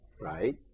right